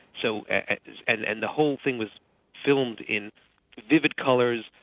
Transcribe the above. so and and the whole thing was filmed in vivid colours,